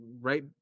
right